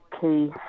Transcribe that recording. key